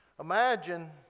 Imagine